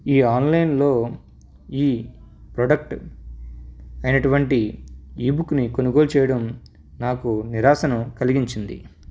ఈ ఆన్లైన్లో ఈ ప్రోడక్ట్ అనేటువంటి ఈబుక్ని కొనుగోలు చేయడం నాకు నిరాశను కలిగించింది